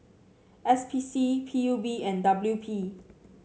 S P C P U B and W P